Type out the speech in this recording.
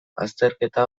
azterketa